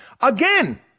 again